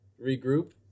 regroup